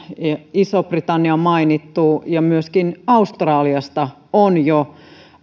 iso britannia on mainittu ja myöskin australiasta on jo